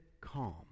calm